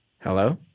Hello